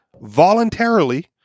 voluntarily